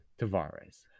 Tavares